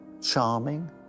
charming